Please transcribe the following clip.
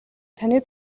таны